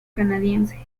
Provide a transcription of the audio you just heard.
canadiense